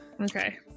Okay